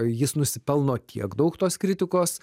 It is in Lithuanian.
jis nusipelno tiek daug tos kritikos